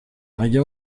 مگه